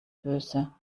böse